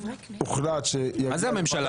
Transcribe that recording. מה זה הממשלה?